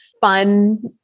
fun